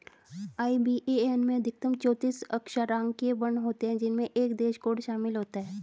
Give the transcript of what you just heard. IBAN में अधिकतम चौतीस अक्षरांकीय वर्ण होते हैं जिनमें एक देश कोड शामिल होता है